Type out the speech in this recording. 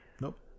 Nope